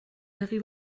begi